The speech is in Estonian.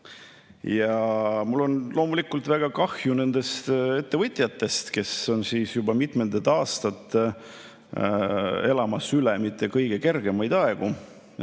Mul on loomulikult väga kahju nendest ettevõtjatest, kes on juba mitmendat aastat elamas üle mitte kõige kergemaid aegu.